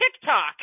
TikTok